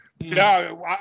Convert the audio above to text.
No